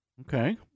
Okay